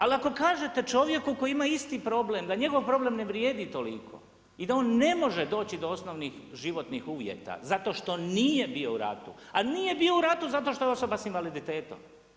Ali ako kažete čovjeku koji ima isti problem da njegov problem ne vrijedi toliko i da on ne može doći do osnovnih životnih uvjeta zato što nije bio u ratu, a nije bio u ratu zato što je osoba sa invaliditetom.